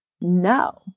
no